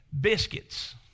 Biscuits